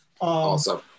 Awesome